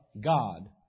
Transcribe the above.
God